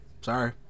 Sorry